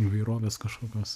įvairovės kažkokios